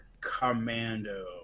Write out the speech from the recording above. Commando